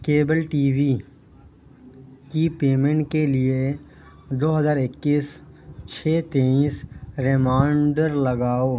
cable T V کی payment کے لیے دو ہزار اکیس چھ تئیس ریمانڈر لگاؤ